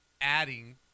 adding